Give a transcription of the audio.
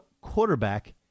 quarterback